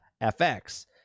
FX